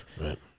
Right